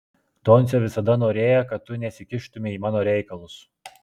doncė visada norėjo kad tu nesikištumei į mano reikalus